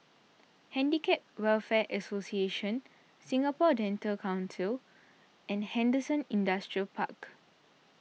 Handicap Welfare Association Singapore Dental Council and Henderson Industrial Park